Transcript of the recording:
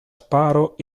sparo